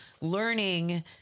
learning